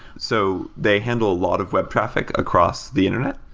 so they handle a lot of web traffic across the internet,